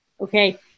Okay